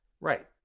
Right